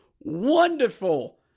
wonderful